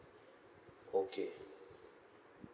okay